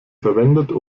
verwendet